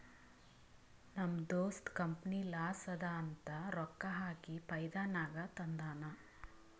ನಮ್ ದೋಸ್ತ company loss ಅದಾ ಅಂತ ರೊಕ್ಕಾ ಹಾಕಿ ಫೈದಾ ನಾಗ್ ತಂದಾನ್